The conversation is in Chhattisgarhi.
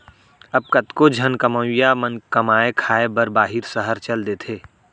अब कतको झन कमवइया मन कमाए खाए बर बाहिर सहर चल देथे